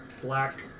black